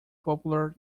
popular